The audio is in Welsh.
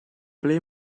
ble